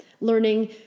learning